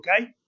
Okay